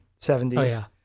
70s